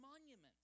monuments